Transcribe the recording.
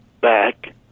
back